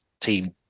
team